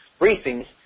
briefings